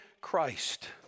Christ